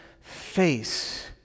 face